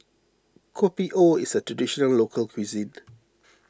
Kopi O is a Traditional Local Cuisine